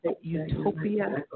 Utopia